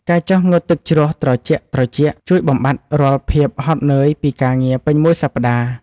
ការចុះងូតទឹកជ្រោះត្រជាក់ៗជួយបំបាត់រាល់ភាពហត់នឿយពីការងារពេញមួយសប្តាហ៍។